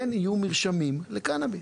כן יהיו מרשמים לקנביס.